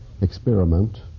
experiment